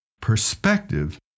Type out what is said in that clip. Perspective